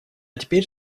теперь